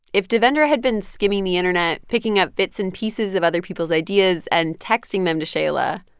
if devendra had been skimming the internet, picking up bits and pieces of other people's ideas and texting them to shaila,